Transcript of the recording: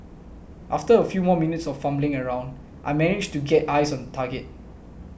after a few more minutes of fumbling around I managed to get eyes on target